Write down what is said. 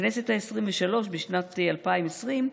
בכנסת העשרים-ושלוש, בשנת 2020,